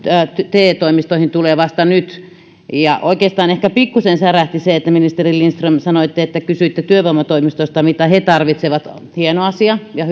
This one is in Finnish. te toimistoihin tulevat vasta nyt oikeastaan ehkä pikkusen särähti se että ministeri lindström sanoitte että kysyitte työvoimatoimistosta mitä he tarvitsevat hieno asia ja